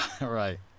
Right